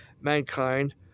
mankind